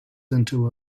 into